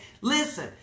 Listen